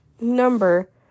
number